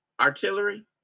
Artillery